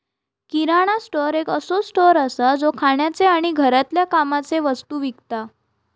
किराणा store एक असो store असा जो खाण्याचे आणि घरातल्या कामाचे वस्तु विकता